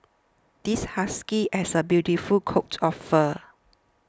this husky has a beautiful coat of fur